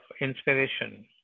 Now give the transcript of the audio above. inspiration